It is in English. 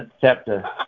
chapter